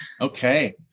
Okay